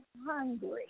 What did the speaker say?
hungry